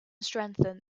strengthen